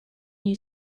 new